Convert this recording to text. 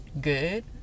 good